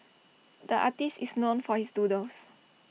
the artist is known for his doodles